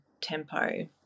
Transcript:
tempo